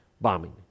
bombing